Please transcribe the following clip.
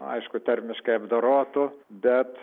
aišku termiškai apdorotų bet